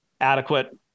Adequate